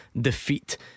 defeat